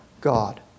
God